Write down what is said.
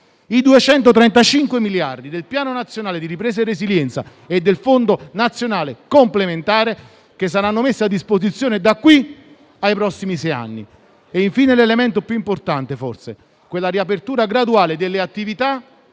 i 235 miliardi del Piano nazionale di ripresa e resilienza e del Fondo nazionale complementare che saranno messi a disposizione da qui ai prossimi sei anni. Infine l'elemento forse più importante: la riapertura graduale delle attività